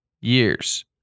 years